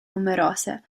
numerose